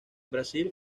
brasil